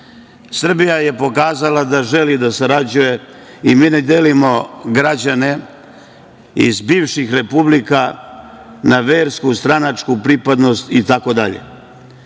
BiH.Srbija je pokazala da želi da sarađuje i mi ne delimo građane iz bivših republika na versku, stranačku pripadnost i